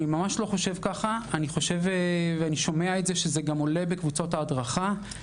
אני שומע שזה עולה בקבוצות ההדרכה,